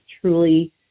truly